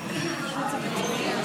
כבר דיברה,